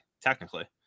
technically